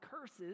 curses